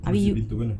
opposite pintu mana